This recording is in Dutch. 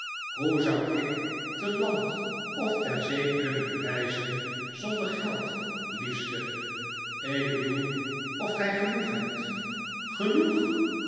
hoe zou ik te land of ter zee kunnen reizen zonder geld liefste ik bedoel of gij genoeg hebt genoeg